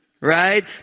right